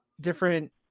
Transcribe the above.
different